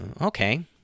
Okay